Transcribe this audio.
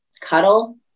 cuddle